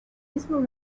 lismore